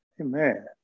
Amen